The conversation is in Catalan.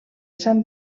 san